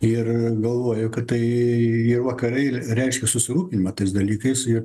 ir galvoju kad tai ir vakarai reiškia susirūpinimą tais dalykais ir